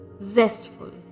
zestful